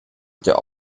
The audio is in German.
der